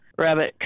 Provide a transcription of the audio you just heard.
rabbit